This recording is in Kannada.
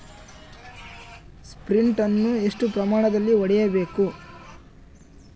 ಸ್ಪ್ರಿಂಟ್ ಅನ್ನು ಎಷ್ಟು ಪ್ರಮಾಣದಲ್ಲಿ ಹೊಡೆಯಬೇಕು?